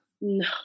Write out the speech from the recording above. No